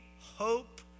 hope